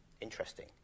Interesting